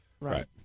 Right